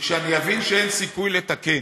כשאני אבין שאין סיכוי לתקן.